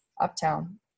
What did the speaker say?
uptown